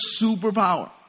superpower